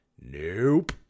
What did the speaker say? Nope